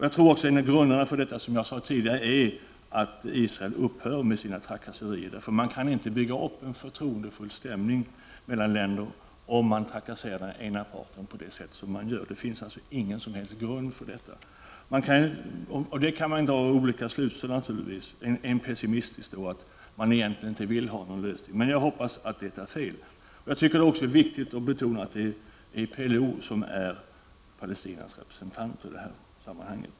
Jag tror också, som jag sade tidigare, att en grund för detta är att Israel upphör med sina trakasserier. Man kan inte bygga upp en förtroendefull stämning mellan länder om den ena parten trakasseras så som nu sker. Det finns alltså ingen som helst grund för detta. Av det kan man naturligtvis dra olika slutsatser, bl.a. en pessimistisk slutsats, att man egentligen inte vill ha någon lösning. Men jag hoppas att det är fel. Jag tycker också att det är viktigt att betona att PLO är Palestinas representant i detta sammanhang.